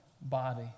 body